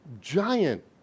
giant